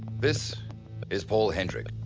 this is paul henrick.